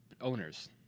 owners